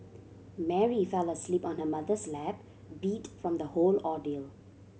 Mary fell asleep on her mother's lap beat from the whole ordeal